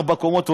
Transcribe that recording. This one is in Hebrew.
ארבע קומות,